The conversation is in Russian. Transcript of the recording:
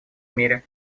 мире